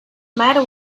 matter